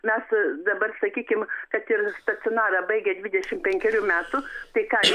mes dabar sakykim kad ir stacionarą baigia dvidešimt penkerių metų tai ką